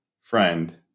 Friend